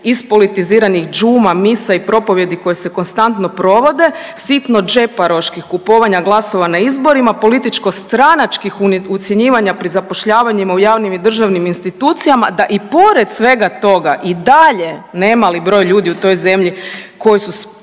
iz politiziranih džuma, misa i propovijedi koje se konstantno provode sitno džeparoških kupovanja glasova na izborima, političko-stranačkih ucjenjivanja pri zapošljavanjima u javnim i državnim institucijama, da i pored svega toga i dalje ne mali broj ljudi u toj zemlji koji su spremni